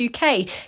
UK